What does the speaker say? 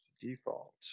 Default